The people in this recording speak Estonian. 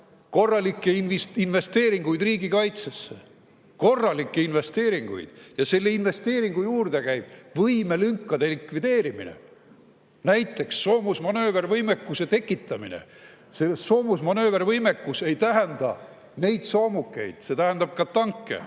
korralikke investeeringuid riigikaitsesse. Korralikke investeeringuid ja selle investeeringu juurde käib võimelünkade likvideerimine, näiteks soomusmanöövervõimekuse tekitamine. Soomusmanöövervõimekus ei tähenda neid soomukeid, see tähendab ka tanke.